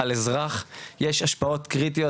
על אזרח יש השפעות קריטיות,